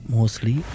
Mostly